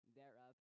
thereof